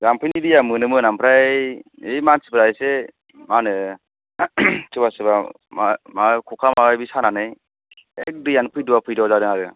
जाम्फैनि दैआ मोनोमोन ओमफ्राय है मानसिफोरा एसे मा होनो सोरबा सोरबा मा मा खखा माबा माबि सानानै दैआनो फैद'आ फैद'आ जादों आरो